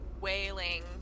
wailing